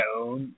own